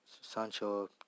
Sancho